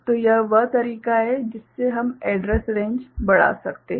तो यह वह तरीका है जिससे हम एड्रैस रेंज बढ़ा सकते हैं